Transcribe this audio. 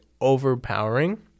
Overpowering